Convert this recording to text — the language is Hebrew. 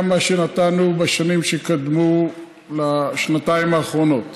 מאשר נתנו בשנים שקדמו לשנתיים האחרונות,